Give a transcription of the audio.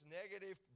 negative